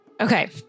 Okay